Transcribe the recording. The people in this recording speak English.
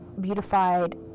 beautified